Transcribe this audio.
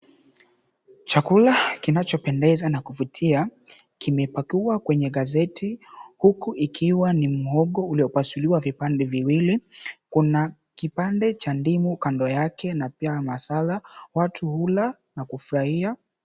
Chakula kinachopendeza na kuvutia, kimepakiwa kwenye gazeti huku ukiwa ni muhogo uliopasuliwa vipande viwili. Kuna kipande cha ndimu kando yake na pia masala, watu hula na kufurahia.